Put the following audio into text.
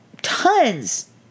tons